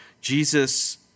Jesus